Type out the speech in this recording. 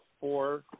four